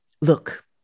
look